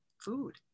food